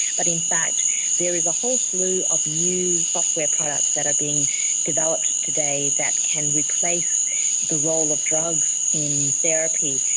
but in fact there is a whole slew of new software products that are being developed today that can replace the role of drugs in therapy,